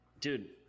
Dude